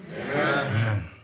Amen